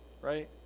right